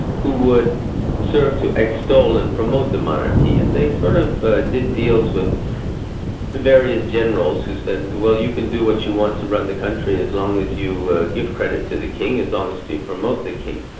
who would serve to extol and promote the monarchy, and they sort of did deals with various generals who said, well, you can do what you want to run the country as long as you give credit to the king, as long as you promote the king.